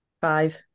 Five